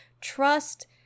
trust